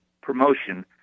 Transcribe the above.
promotion